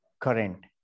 current